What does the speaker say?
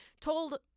told